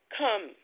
come